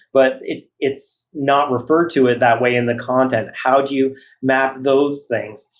but it's not referred to at that way in the content. how do you map those things?